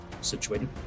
situated